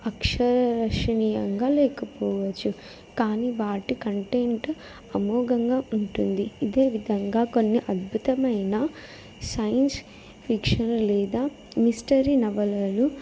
ఆకర్షణీయంగా లేకపోవచ్చు కానీ వాటి కంటెంట్ అమోఘంగా ఉంటుంది ఇదేవిధంగా కొన్ని అద్భుతమైన సైన్స్ ఫిక్షన్ లేదా మిస్టరీ నవలలు